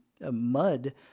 mud